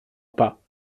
pas